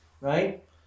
right